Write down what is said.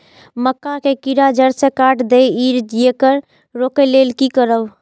मक्का के कीरा जड़ से काट देय ईय येकर रोके लेल की करब?